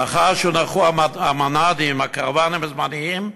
לאחר שהונחו המנ"דים, הקרוונים הזמניים,